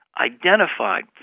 identified